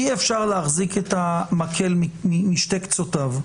אי-אפשר להחזיק את המקל משני קצותיו,